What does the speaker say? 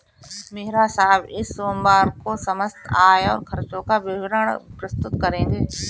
मेहरा साहब इस सोमवार को समस्त आय और खर्चों का विवरण प्रस्तुत करेंगे